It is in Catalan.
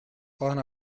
poden